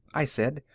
i said.